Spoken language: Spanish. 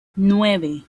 nueve